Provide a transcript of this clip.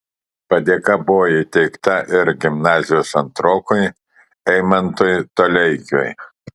padėka buvo įteikta ir gimnazijos antrokui eimantui toleikiui